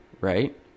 right